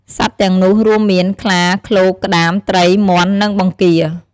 សត្វទាំងនោះរួមមាន ខ្លា ឃ្លោក ក្តាម ត្រី មាន់ និងបង្គារ។